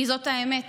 כי זאת האמת.